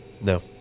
No